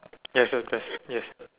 ya it's a dress yes